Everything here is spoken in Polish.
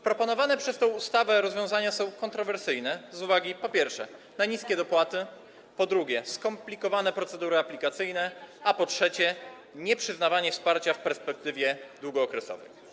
Proponowane w tej ustawie rozwiązania są kontrowersyjne z uwagi na: po pierwsze, niskie dopłaty, po drugie, skomplikowane procedury aplikacyjne, a po trzecie, nieprzyznawanie wsparcia w perspektywie długookresowej.